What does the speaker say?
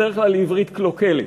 בדרך כלל לעברית קלוקלת,